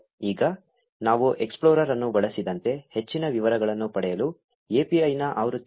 ಈಗ ನಾವು ಎಕ್ಸ್ಪ್ಲೋರರ್ ಅನ್ನು ಬಳಸಿದಂತೆ ಹೆಚ್ಚಿನ ವಿವರಗಳನ್ನು ಪಡೆಯಲು API ನ ಆವೃತ್ತಿ 2